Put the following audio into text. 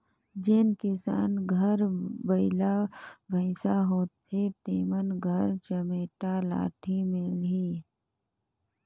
जेन किसान घर बइला भइसा होथे तेमन घर चमेटा लाठी मिलही